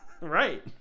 Right